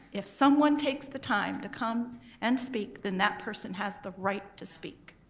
if someone takes the time to come and speak then that person has the right to speak.